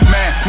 Man